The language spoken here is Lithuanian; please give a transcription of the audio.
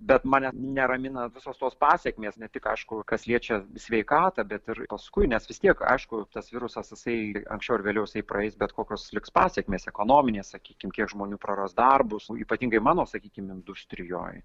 bet mane neramina visos tos pasekmės ne tik aišku kas liečia sveikatą bet ir paskui nes vis tiek aišku tas virusas jisai anksčiau ar vėliau jisai praeis bet kokios liks pasekmės ekonominės sakykim kiek žmonių praras darbus o ypatingai mano sakykim industrijoj